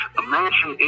imagine